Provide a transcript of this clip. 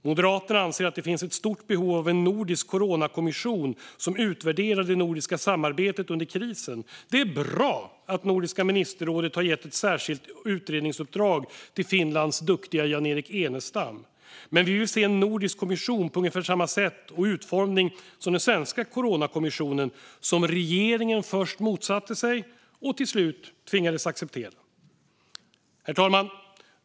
Moderaterna anser att det finns ett stort behov av en nordisk coronakommission som utvärderar det nordiska samarbetet under krisen. Det är bra att Nordiska ministerrådet har gett ett särskilt utredningsuppdrag till Finlands duktiga Jan-Erik Enestam. Men vi vill se en nordisk kommission på ungefär samma sätt och med samma utformning som den svenska Coronakommissionen som regeringen först motsatte sig och till slut tvingades acceptera. Herr talman!